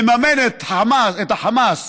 מממנת את החמאס